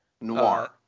noir